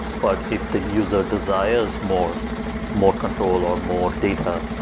but if the user desires more more control or more data,